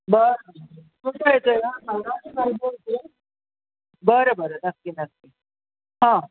बरं येतो आहे ना बरं बरं नक्की नक्की हां